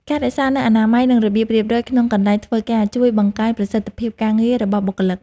ការរក្សានូវអនាម័យ និងរបៀបរៀបរយក្នុងកន្លែងធ្វើការជួយបង្កើនប្រសិទ្ធភាពការងាររបស់បុគ្គលិក។